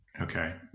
Okay